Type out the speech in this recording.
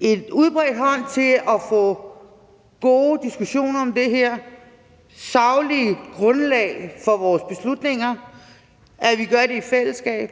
fremstrakt hånd til at få gode diskussioner om det her, til at få saglige grundlag for vores beslutninger, til at vi gør det i fællesskab,